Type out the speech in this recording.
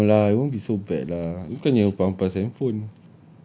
no lah that won't be so bad lah bukannya hempas-hempas handphone